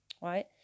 right